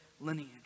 lineage